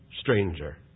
stranger